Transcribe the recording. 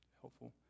Helpful